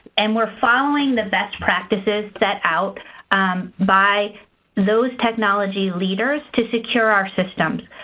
and we're following the best practices set out by those technology leaders to secure our systems.